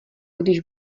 když